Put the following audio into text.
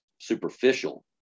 superficial